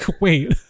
wait